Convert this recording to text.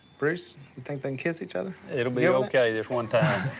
bruce, you think they can kiss each other. it'll be okay this one time.